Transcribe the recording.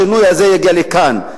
השינוי הזה יגיע לכאן,